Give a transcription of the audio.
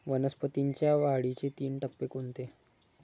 वनस्पतींच्या वाढीचे तीन टप्पे कोणते?